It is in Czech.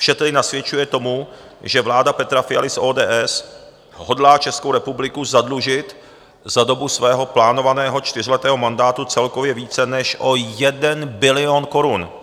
Vše tedy nasvědčuje tomu, že vláda Petra Fialy z ODS hodlá Českou republiku zadlužit za dobu svého plánovaného čtyřletého mandátu celkově více než o 1 bilion korun!